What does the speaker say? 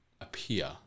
appear